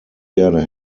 gerne